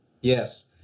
Yes